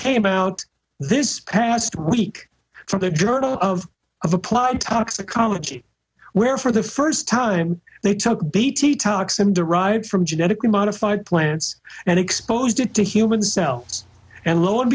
came out this past week from the journal of of applied toxicology where for the first time they took bt toxin derived from genetically modified plants and exposed it to human cells and lo and